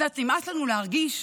קצת נמאס לנו להרגיש